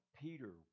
Peter